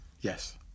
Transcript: Yes